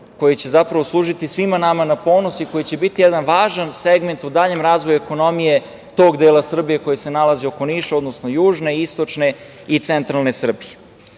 koji će zapravo služiti svima nama na ponos i koji će biti jedan važan segment u daljem razvoju ekonomije tog dela Srbije koji se nalazi oko Niša, odnosno južne, istočne i centralne Srbije. Takođe